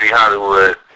Hollywood